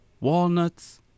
walnuts